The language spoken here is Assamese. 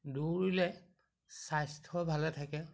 দৌৰিলে স্বাস্থ্য ভালে থাকে